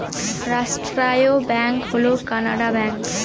রাষ্ট্রায়ত্ত ব্যাঙ্ক হল কানাড়া ব্যাঙ্ক